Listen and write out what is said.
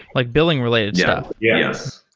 like billing related stuff yes.